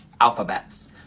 alphabets